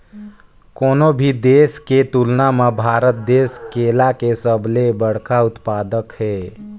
कोनो भी देश के तुलना म भारत देश केला के सबले बड़खा उत्पादक हे